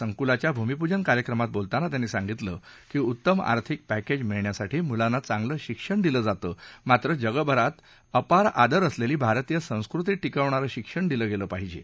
संकुलाच्या भूमिपूजन कार्यक्रमात बोलताना त्यांनी सांगितलं की उत्तम आर्थिक पक्क्ज मिळण्यासाठी मुलांना चांगलं शिक्षण दिलं जातं मात्र जगभरात अपार आदर असलेली भारतीय संस्कृती टिकवणारं शिक्षण दिलं गेलं पाहिजे